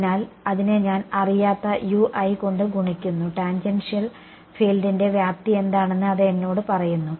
അതിനാൽ അതിനെ ഞാൻ അറിയാത്ത കൊണ്ട് ഗുണിക്കുന്നു ടാൻജൻഷ്യൽ ഫീൽഡിന്റെ വ്യാപ്തി എന്താണെന്ന് അത് എന്നോട് പറയുന്നു